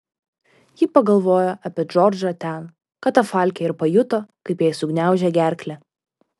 ji pagalvojo apie džordžą ten katafalke ir pajuto kaip jai sugniaužė gerklę